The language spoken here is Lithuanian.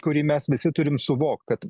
kurį mes visi turim suvokti kad